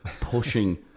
pushing